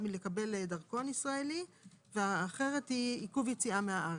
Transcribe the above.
מלקבל דרכון ישראלי והאחרת היא עיכוב יציאה מהארץ.